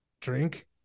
drink